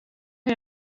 för